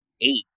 eight